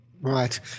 Right